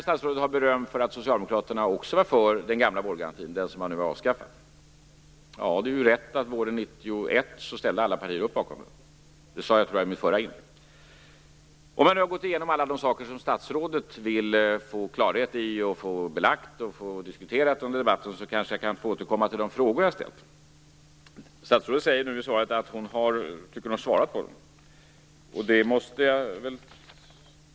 Statsrådet vill ha beröm för att Socialdemokraterna också är för den gamla vårdgarantin, den som man nu har avskaffat. Ja, det är riktigt att alla partier ställde upp bakom den våren 1991. Det sade jag i mitt förra inlägg. Om jag nu har gått igenom alla de saker som statsrådet vill få klarhet i, få belagt och få diskuterat under debatten kanske kan jag få återkomma till de frågor jag har ställt. Statsrådet säger i svaret att hon tycker att hon har svarat på dessa frågor.